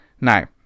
now